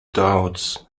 doubts